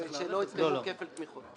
ושלא היה כפל תמיכות.